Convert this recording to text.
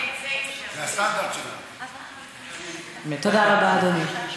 תודה רבה, אדוני.